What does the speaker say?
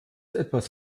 etwas